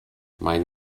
mein